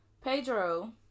Pedro